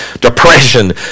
depression